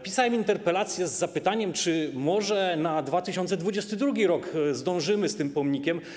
Pisałem interpelację z pytaniem, czy może na 2022 r. zdążymy z tym pomnikiem.